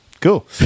cool